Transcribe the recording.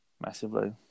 massively